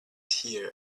here